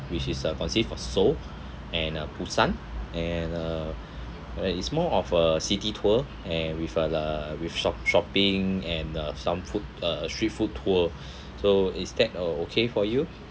which is uh consist of seoul and uh busan and uh uh it's more of a city tour and with uh the with shop~ shopping and uh some food uh street food tour so is that uh okay for you